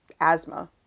asthma